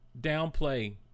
downplay